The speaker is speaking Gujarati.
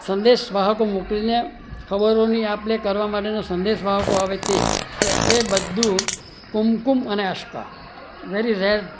સંદેશ વાહકો મોકલીને ખબર આપ લે કરવા માટે જે સંદેશવાહકો હોય એ બધું કુમકુમ અને આશ્કા વેરી રેર